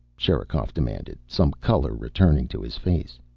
sherikov demanded, some color returning to his face.